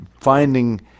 finding